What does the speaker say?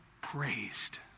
praised